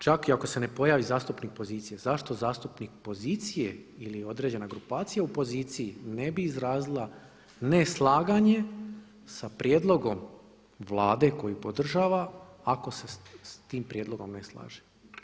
Čak i ako se ne pojavi zastupnik pozicije, zašto zastupnik pozicije ili određena grupacija u poziciji ne bi izrazila ne slaganje sa prijedlogom Vlade koju podržava ako se sa tim prijedlogom ne slaže?